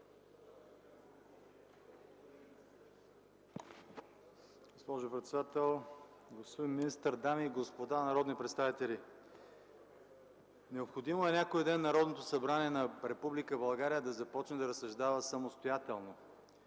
господин министър, дами и господа народни представители! Необходимо е някой ден Народното събрание на Република България да започне да разсъждава самостоятелно,